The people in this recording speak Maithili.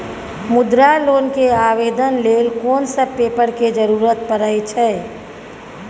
मुद्रा लोन के आवेदन लेल कोन सब पेपर के जरूरत परै छै?